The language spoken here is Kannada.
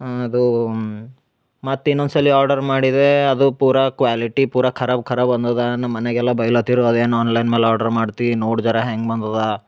ಅದು ಮತ್ತು ಇನ್ನೊಂದು ಸಲಿ ಆರ್ಡರ್ ಮಾಡಿದೇ ಅದು ಪೂರ ಕ್ವಾಲಿಟಿ ಪೂರಾ ಖರಾಬ್ ಖರಾಬ್ ಬಂದದ ನಮ್ಮ ಮನೆಗೆಲ್ಲ ಬೈಲತಿರು ಅದೇನು ಆನ್ಲೈನ್ ಮೇಲೆ ಆರ್ಡ್ರ್ ಮಾಡ್ತಿ ನೋಡ್ದರ ಹೆಂಗ ಬಂದದ